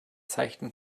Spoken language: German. seichten